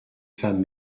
femmes